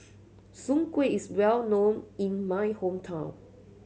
soon kway is well known in my hometown